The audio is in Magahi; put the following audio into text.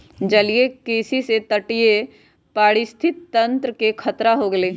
जलीय कृषि से तटीय पारिस्थितिक तंत्र के खतरा हो गैले है